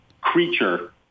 creature